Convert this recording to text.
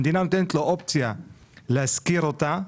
המדינה נותנת לו אופציה להשכיר אותה,